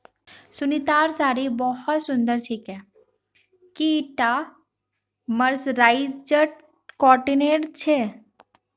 सुनीतार साड़ी बहुत सुंदर छेक, की ईटा मर्सराइज्ड कॉटनेर छिके